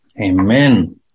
Amen